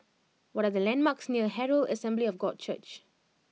what are the landmarks near Herald Assembly of God Church